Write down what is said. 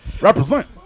Represent